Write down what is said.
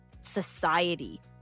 society